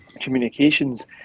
communications